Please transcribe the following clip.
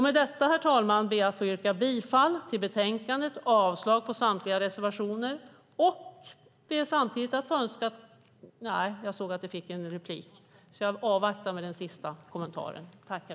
Med detta, herr talman, ber jag att få yrka bifall till förslaget i betänkandet och avslag på samtliga reservationer.